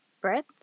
breath